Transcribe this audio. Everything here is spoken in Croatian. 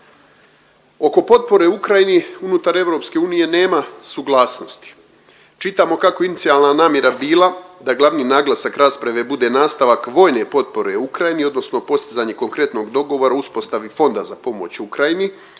Oko potpore Ukrajini unutar EU nema suglasnosti. Čitamo kako je inicijalna namjera bila da glavni naglasak rasprave bude nastavak vojne potpore Ukrajini odnosno postizanje konkretnog dogovora o uspostavi Fonda za pomoć Ukrajini